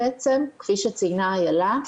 כפי שציינה אילה,